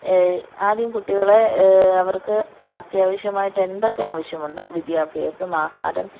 ആദ്യം കുട്ടികളേ അവർക്ക് അത്യാവശ്യമായിട്ടെന്തക്കെ ആവശ്യമുണ്ടോ വിദ്യാഭ്യാസം ആഹാരം